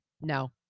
No